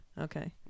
Okay